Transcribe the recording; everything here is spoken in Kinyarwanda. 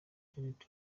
janet